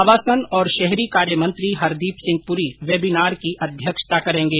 आवासन और शहरी कार्यमंत्री हरदीप सिंह पुरी वेबिनार की अध्यक्षता करेंगे